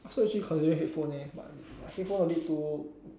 I also actually considered headphone eh but headphone a bit too